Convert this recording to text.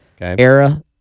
era